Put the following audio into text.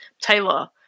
Taylor